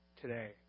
today